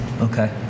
Okay